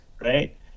right